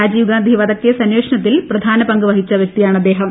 രാജീവ് ഗാന്ധി വധകേസ് അന്വേഷണത്തിൽ പ്രധാന പങ്ക് വഹിച്ച വൃക്തിയാണ് അദ്ദേഹം